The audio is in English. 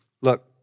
Look